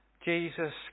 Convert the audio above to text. Jesus